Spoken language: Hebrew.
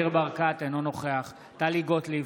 אינו נוכח טלי גוטליב,